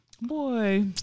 Boy